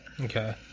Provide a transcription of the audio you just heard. okay